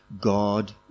God